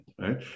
right